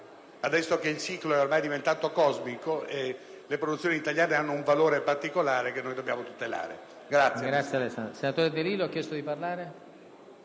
Adesso che il ciclo è ormai diventato cosmico, le produzioni italiane hanno un valore particolare che noi dobbiamo tutelare. [DE